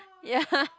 ya